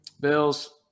Bills